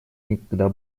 никогда